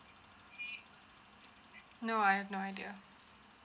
no I've no idea